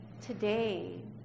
today